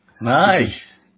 Nice